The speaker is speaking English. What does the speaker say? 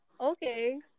Okay